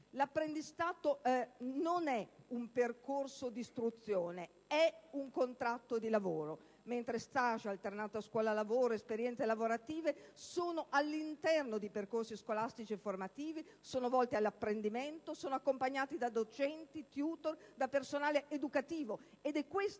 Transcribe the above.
L'apprendistato non è un percorso di istruzione, è un contratto di lavoro, mentre *stage* alternanza scuola-lavoro ad esperienze lavorative si situano all'interno di percorsi scolastici e formativi, perché volti all'apprendimento e accompagnati da docenti, *tutor* e da personale educativo. È questa